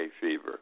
fever